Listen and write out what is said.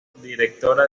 directora